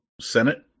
Senate